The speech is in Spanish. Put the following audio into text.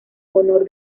honor